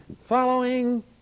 following